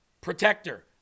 Protector